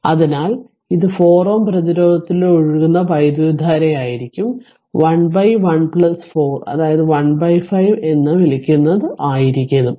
അതിനാൽ ഇത് 4 Ω പ്രതിരോധത്തിലൂടെ ഒഴുകുന്ന വൈദ്യുതധാരയായിരിക്കും 11 4 അതായത് 15 എന്ന് വിളിക്കുന്ന കോൾ ആയിരിക്കും